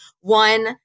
one